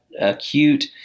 acute